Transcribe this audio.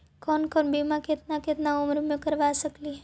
कौन कौन बिमा केतना केतना उम्र मे करबा सकली हे?